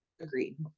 Agreed